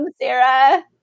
Sarah